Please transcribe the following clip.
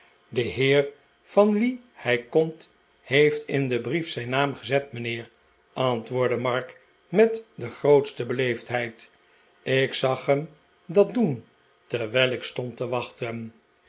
de heer van wien hij komt heeft in den brief zijn naam gezet mijnheer antwoordde mark met de grootste beleefdheid ik zag hem dat doen terwijl ik stond te wachten